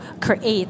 create